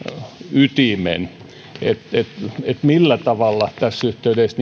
ytimen niin millä tavalla tässä yhteydessä